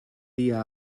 dia